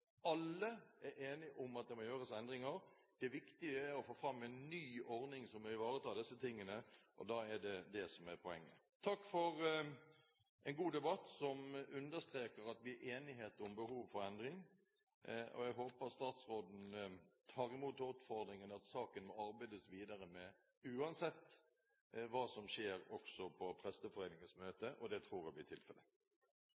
Alle er enige om at det må gjøres endringer, det viktige er å få fram en ny ordning som ivaretar disse tingene. Takk for en god debatt som understreker at det er enighet om behovet for endring. Jeg håper statsråden tar imot utfordringen, at saken må arbeides videre med uansett hva som skjer på Presteforeningens